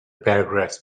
paragraphs